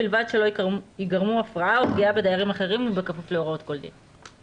ובלבד שלא ייגרמו הפרעה או פגיעה בדיירים אחרים ובכפוף להוראות כל דין.